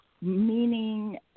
meaning